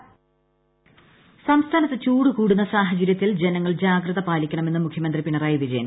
സംസ്ഥാനം ചൂട്ട് സംസ്ഥാനത്ത് ചൂട് കൂടുന്ന സാഹചരൃത്തിൽ ജനങ്ങൾ ജാഗ്രത പാലിക്കണമെന്ന് മുഖ്യമന്ത്രി പിണറായി വിജയൻ